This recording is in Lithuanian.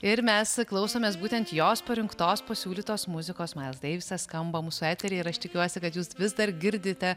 ir mes klausomės būtent jos parinktos pasiūlytos muzikos mes deivisas skamba mūsų eteryje ir aš tikiuosi kad jūs vis dar girdite